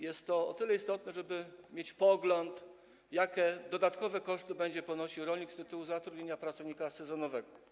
Jest to istotne po to, żeby mieć pogląd, jakie dodatkowe koszty będzie ponosił rolnik z tytułu zatrudnienia pracownika sezonowego.